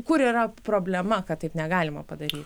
kur yra problema kad taip negalima padaryti